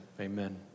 amen